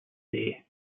day